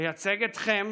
לייצג אתכם